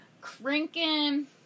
cranking